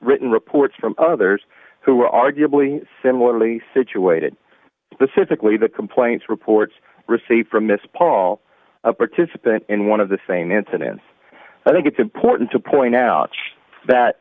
written reports from others who were arguably similarly situated specifically the complaints reports received from miss paul a participant in one of the same incidents i think it's important to point out that